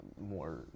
more